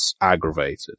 aggravated